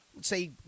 say